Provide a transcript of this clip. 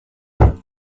judge